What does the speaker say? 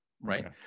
right